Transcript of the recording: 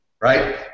right